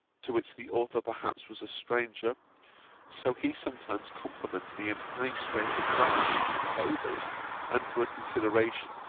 to which the author perhaps was a stranger so he sometimes compliments me in high strains of gratitude for favours, and for a consideration,